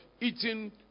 eating